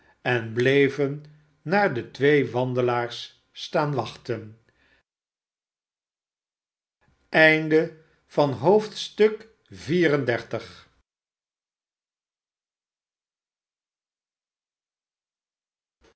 en bleven naar de twee wandelaars staan wachten xxxv